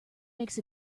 makes